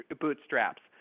bootstraps